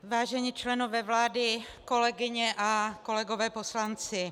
Vážení členové vlády, kolegyně a kolegové poslanci.